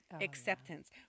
acceptance